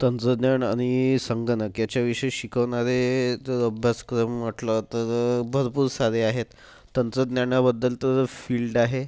तंत्रज्ञान आणि संगणक याच्याविषयी शिकवणारे जो अभ्यासक्रम म्हटलं तर भरपूर सारे आहेत तंत्रज्ञानाबद्दल तर फील्ड आहे